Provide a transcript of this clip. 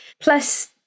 Plus